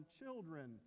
children